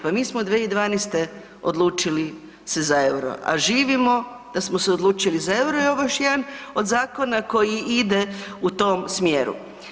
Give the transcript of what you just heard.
Pa mi smo 2012. odlučili se za EUR-o, a živimo da smo se odlučili za EUR-o i ovo je još jedan od zakona koji ide u tom smjeru.